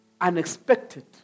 unexpected